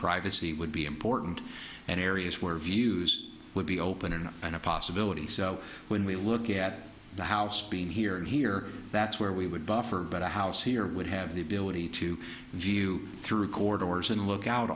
privacy would be important and areas where views would be open or not and a possibility so when we look at the house being here and here that's where we would buffer but a house here would have the ability to view through corridors and look out